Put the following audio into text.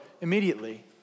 immediately